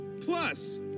Plus